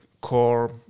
core